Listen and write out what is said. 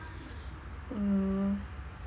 uh